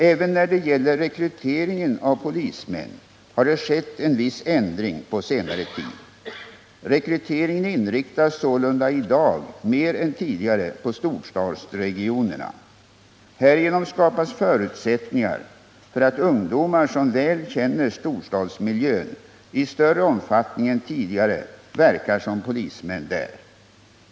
Även när det gäller rekryteringen av polismän har det skett en viss ändring på senare tid. Rekryteringen inriktas sålunda i dag mer än tidigare på storstadsregionerna. Härigenom skapas förutsättningar för att ungdomar, som väl känner storstadsmiljön, i större omfattning än tidigare verkar som polismän där.